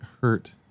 hurt